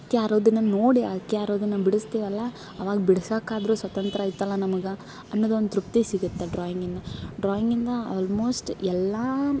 ಹಕ್ಕಿ ಹಾರೋದನ್ನ ನೋಡಿ ಹಕ್ಕಿ ಹಾರೋದನ್ನ ಬಿಡಿಸ್ತಿವಲ್ಲ ಆವಾಗ ಬಿಡ್ಸಾಕಾದರೂ ಸ್ವತಂತ್ರ್ಯ ಇತ್ತಲ್ಲಾ ನಮಗೆ ಅನ್ನೋದೊಂದು ತೃಪ್ತಿ ಸಿಗುತ್ತೆ ಡ್ರಾಯಿಂಗಿಂದ ಡ್ರಾಯಿಂಗಿಂದ ಆಲ್ಮೋಸ್ಟ್ ಎಲ್ಲಾ